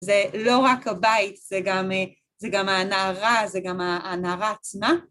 זה לא רק הבית, זה גם הנערה, זה גם הנערה עצמה.